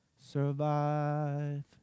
survive